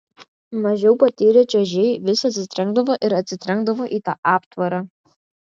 mažiau patyrę čiuožėjai vis atsitrenkdavo ir atsitrenkdavo į tą aptvarą